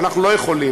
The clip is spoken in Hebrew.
אנחנו לא יכולים,